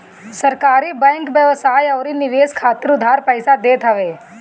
सहकारी बैंक व्यवसाय अउरी निवेश खातिर उधार पईसा देत हवे